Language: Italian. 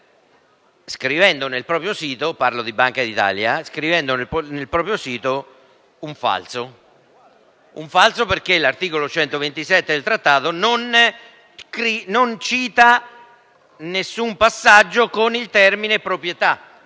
scrive sul proprio sito un falso, perché l'articolo 127 del trattato non riporta nessun passaggio con il termine «proprietà»